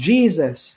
Jesus